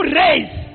race